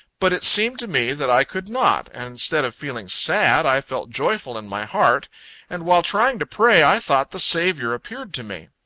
but it seemed to me that i could not and, instead of feeling sad, i felt joyful in my heart and while trying to pray, i thought the saviour appeared to me.